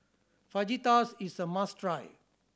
fajitas is a must try